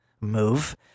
move